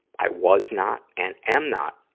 i was not and am not